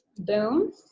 boom